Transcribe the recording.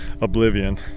Oblivion